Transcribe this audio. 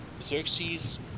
Xerxes